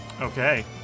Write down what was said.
Okay